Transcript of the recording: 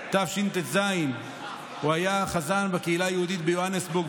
תשט"ז הוא היה חזן בקהילה היהודית ביוהנסבורג,